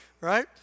right